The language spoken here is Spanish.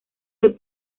del